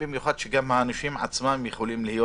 במיוחד שגם הנושים עצמם יכולים להיות